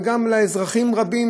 וגם לאזרחים רבים.